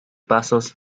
pasos